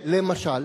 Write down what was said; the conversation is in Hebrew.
למשל?